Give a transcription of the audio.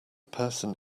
person